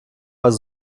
вас